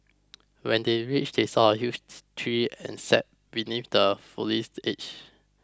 when they reached they saw a huge tree and sat beneath the foliage